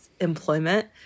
employment